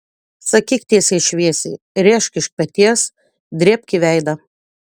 sakyk tiesiai šviesiai rėžk iš peties drėbk į veidą